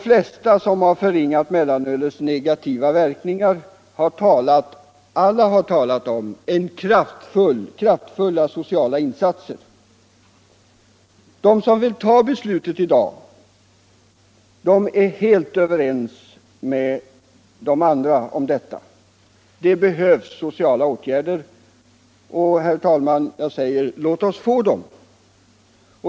Alla de som har förringat mellanölets negativa verkningar har talat om kraftfulla sociala insatser. De som vill ta beslutet i dag är helt överens med de andra om detta. Det behövs sociala åtgärder, och, herr talman, jag vill säga: Låt oss få dem!